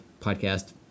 podcast